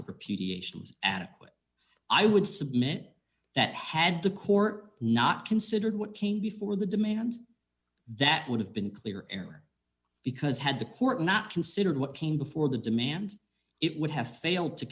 was adequate i would submit that had the court not considered what came before the demand that would have been clear error because had the court not considered what came before the demand it would have failed to